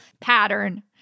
pattern